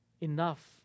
enough